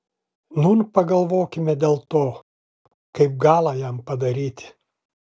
nūn pagalvokime dėl to kaip galą jam padaryti